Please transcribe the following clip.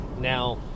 now